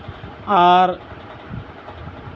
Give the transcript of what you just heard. ᱟᱨ